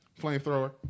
Flamethrower